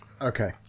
Okay